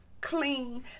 clean